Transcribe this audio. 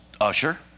usher